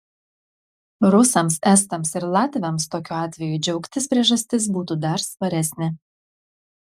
rusams estams ir latviams tokiu atveju džiaugtis priežastis būtų dar svaresnė